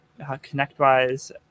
ConnectWise